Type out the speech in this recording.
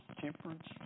temperance